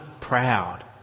proud